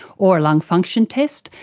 or a lung function test,